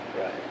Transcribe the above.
Right